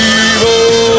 evil